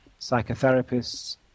Psychotherapists